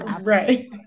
Right